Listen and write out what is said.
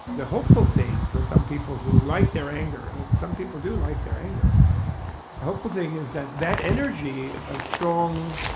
the hopeful thing for some people who like their anger and some people do like their anger. the hopeful thing is that that energy, a strong,